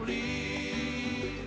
really